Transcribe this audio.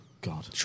God